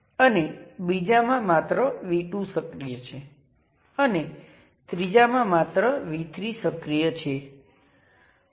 તેથી V1 ને આ રીતે ડિફાઇન કરવામાં આવે છે અને I1 ને ટર્મિનલમાં જવા માટે ડિફાઇન કરવામાં આવે છે જે V1 માટે પોઝિટિવ તરીકે ડિફાઇન કરવામાં આવે છે